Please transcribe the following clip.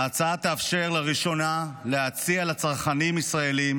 ההצעה תאפשר לראשונה להציע לצרכנים ישראלים